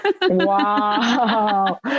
wow